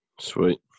sweet